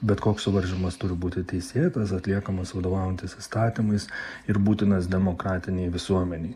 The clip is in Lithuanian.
bet koks suvaržymas turi būti teisėtas atliekamas vadovaujantis įstatymais ir būtinas demokratinėj visuomenėj